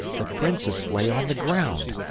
the princess lay on the ground.